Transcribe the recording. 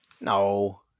No